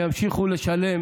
שימשיכו לשלם